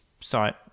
site